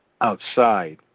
outside